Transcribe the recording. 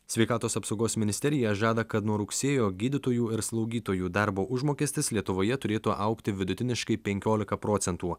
sveikatos apsaugos ministerija žada kad nuo rugsėjo gydytojų ir slaugytojų darbo užmokestis lietuvoje turėtų augti vidutiniškai penkiolika procentų